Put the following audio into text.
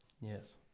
Yes